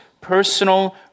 personal